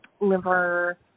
liver